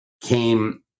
came